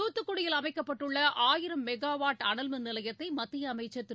தூத்துக்குடியில் அமைக்கப்பட்டுள்ள ஆயிரம் மெகாவாட் அனல் மின்நிலையத்தை மத்திய அமைச்சர் திரு